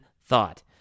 thought